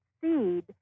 seed